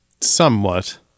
Somewhat